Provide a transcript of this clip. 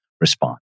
respond